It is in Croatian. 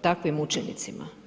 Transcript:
takvim učenicima.